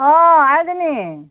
অ আইজনী